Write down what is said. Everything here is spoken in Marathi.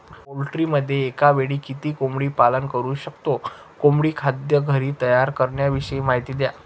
पोल्ट्रीमध्ये एकावेळी किती कोंबडी पालन करु शकतो? कोंबडी खाद्य घरी तयार करण्याविषयी माहिती द्या